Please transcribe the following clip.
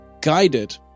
guided